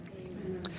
Amen